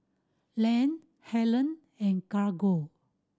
Lance Helene and Carlo